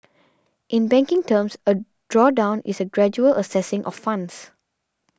in banking terms a drawdown is a gradual accessing of funds